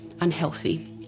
unhealthy